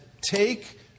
take